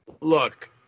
look